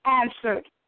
answered